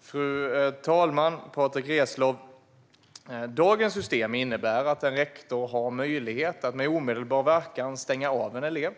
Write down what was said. Fru talman och Patrick Reslow! Dagens system innebär att en rektor har möjlighet att med omedelbar verkan stänga av en elev.